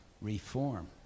reform